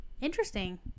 interesting